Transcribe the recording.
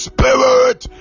Spirit